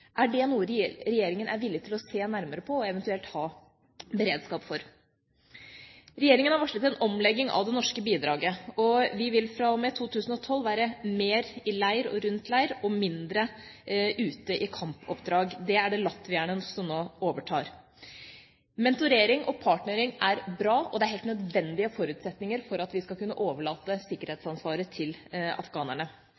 Er det noe regjeringa er villig til å se nærmere på og eventuelt ha beredskap for? Regjeringa har varslet en omlegging av det norske bidraget, og vi vil fra og med 2012 være mer i leir og rundt leir og mindre ute i kampoppdrag. Det er det nå latvierne som overtar. Mentorering og partnering er bra, og det er helt nødvendige forutsetninger for at vi skal kunne overlate